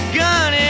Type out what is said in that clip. gun